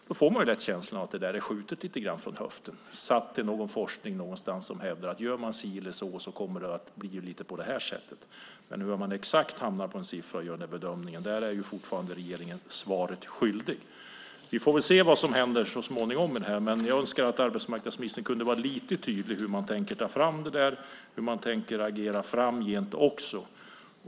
Då får man lätt känslan av att detta lite grann är skjutet från höften - någon forskning någonstans där det hävdas att om man gör si eller så kommer det att bli lite grann på det här sättet. Men när det gäller hur regeringen hamnar på en exakt siffra och gör denna bedömning är den fortfarande svaret skyldig. Vi får väl se vad som händer så småningom. Men jag önskar att arbetsmarknadsministern kunde vara lite tydlig när det gäller hur man tänker ta fram detta och hur man tänker agera framgent.